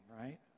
right